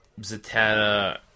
Zatanna